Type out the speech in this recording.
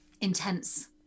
intense